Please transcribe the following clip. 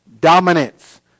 dominance